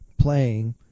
playing